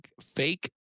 fake